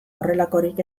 horrelakorik